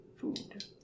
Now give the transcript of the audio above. food